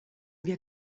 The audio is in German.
wir